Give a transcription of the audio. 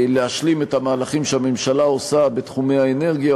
להשלים את המהלכים שהממשלה עושה בתחומי האנרגיה,